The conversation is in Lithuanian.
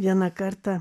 vieną kartą